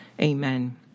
Amen